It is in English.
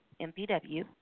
MPW